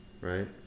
Right